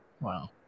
Wow